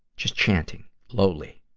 just chanting, lowly.